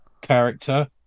character